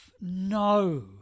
no